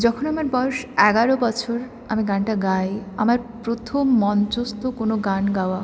যখন আমার বয়স এগারো বছর আমি গানটা গাই আমার প্রথম মঞ্চস্থ কোনো গান গাওয়া